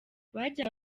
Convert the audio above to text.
bajyaga